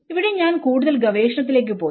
ഇവിടെ ഞാൻ കൂടുതൽ ഗവേഷണത്തിലേക്ക് പോയി